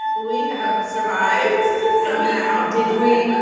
we have survived somehow. did we?